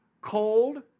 cold